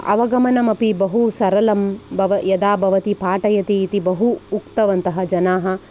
अवगमनमपि बहुसरलं भव यदा भवती पाठयति इति बहु उक्तवन्तः जनाः